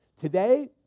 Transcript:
Today